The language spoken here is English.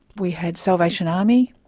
we had salvation army,